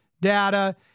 data